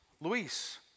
Luis